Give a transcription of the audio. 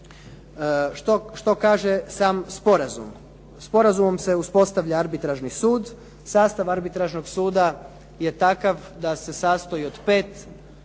Što kaže sam sporazum? Sporazumom se uspostavlja arbitražni sud, sastav arbitražnog suda je takav da se sastoji od 5